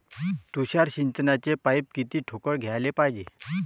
तुषार सिंचनाचे पाइप किती ठोकळ घ्याले पायजे?